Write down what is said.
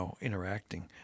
interacting